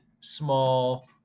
small